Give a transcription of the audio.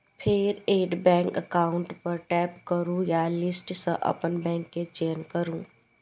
फेर add bank account पर tap करू आ लिस्ट सं अपन बैंक के चयन करू